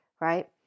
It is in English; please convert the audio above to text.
right